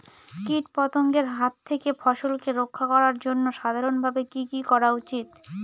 কীটপতঙ্গের হাত থেকে ফসলকে রক্ষা করার জন্য সাধারণভাবে কি কি করা উচিৎ?